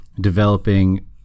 developing